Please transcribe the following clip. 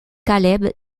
caleb